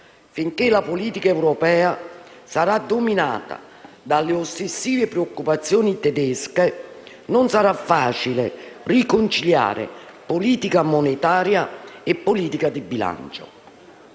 Finché la politica europea sarà dominate dalle ossessive preoccupazioni tedesche, non sarà facile riconciliare politica monetaria e politica di bilancio,